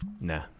nah